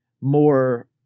more